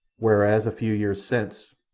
whereas, a few years since,